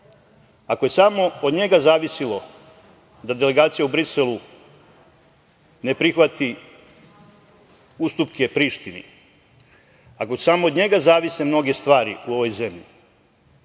ako je samo od njega zavisilo da delegacija u Briselu ne prihvati ustupke Prištini, ako samo od njega zavise mnoge stvari u ovoj zemlji,